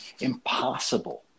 impossible